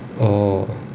orh